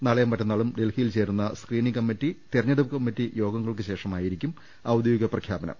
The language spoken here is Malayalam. നാളെയും മറ്റന്നാളും ഡൽഹിയിൽ ചേരുന്ന സ്ക്രീനിങ് കമ്മിറ്റി തെരഞ്ഞെടുപ്പ് കമ്മിറ്റി യോഗങ്ങൾക്ക് ശേഷമായിരിക്കും ഔദ്യോ ഗിക പ്രഖ്യാപനം